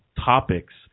topics